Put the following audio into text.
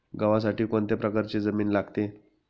गव्हासाठी कोणत्या प्रकारची जमीन लागते?